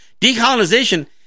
Decolonization